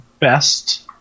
best